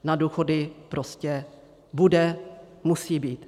Na důchody prostě bude, musí být.